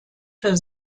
für